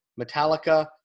Metallica